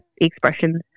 expressions